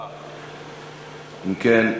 אם כן,